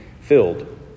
filled